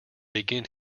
begin